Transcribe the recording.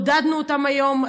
עודדנו אותן היום,